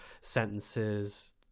sentences